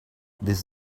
this